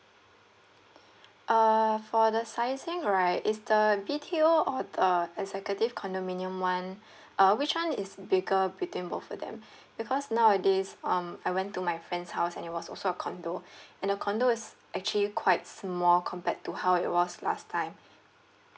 uh for the sizing right is the B_T_O or the executive condominium one uh which one is bigger between both of them because nowadays um I went to my friend's house and it was also a condo and the condo was actually quite small compared to how it was last time